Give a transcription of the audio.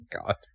god